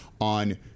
on